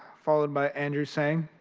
followed by andrew saying.